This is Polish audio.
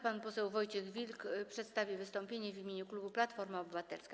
Pan poseł Wojciech Wilk przedstawi wystąpienie w imieniu klubu Platforma Obywatelska.